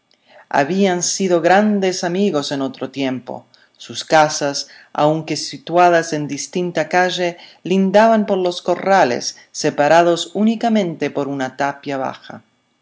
habían sido grandes amigos en otro tiempo sus casas aunque situadas en distinta calle lindaban por los corrales separados únicamente por una tapia baja